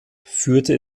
führte